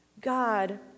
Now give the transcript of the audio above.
God